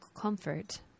comfort